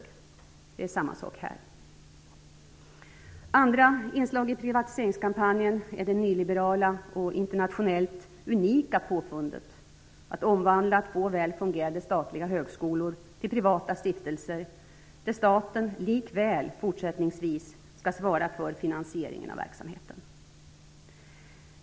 Det förhåller sig på samma sätt med utbildningscheckar. Andra inslag i privatiseringskampanjen är det nyliberala och internationellt unika påfundet att omvandla två väl fungerande statliga högskolor till privata stiftelser där staten likväl fortsättningsvis skall svara för finansieringen av verksamheten.